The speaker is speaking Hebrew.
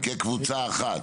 נצביע עליהן כקבוצה אחת.